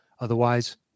Otherwise